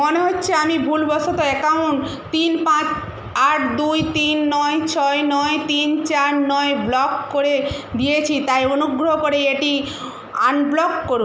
মনে হচ্ছে আমি ভুলবশত অ্যাকাউন্ট তিন পাঁচ আট দুই তিন নয় ছয় নয় তিন চার নয় ব্লক করে দিয়েছি তাই অনুগ্রহ করে এটি আনব্লক করুন